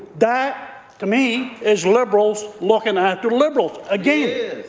that, to me, is liberals looking after liberals again.